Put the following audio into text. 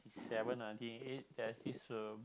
seven nineteen ninety eight there is this uh